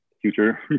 future